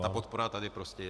Ta podpora tady prostě je.